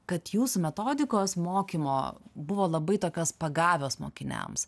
kad jūsų metodikos mokymo buvo labai tokios pagavios mokiniams